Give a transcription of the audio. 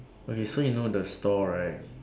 okay so you know the store right